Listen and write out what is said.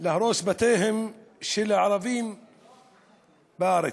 להרוס בתיהם של הערבים בארץ.